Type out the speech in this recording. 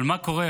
אבל מה קורה,